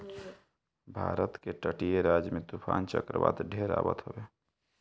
भारत के तटीय राज्य में तूफ़ान चक्रवात ढेर आवत हवे